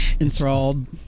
Enthralled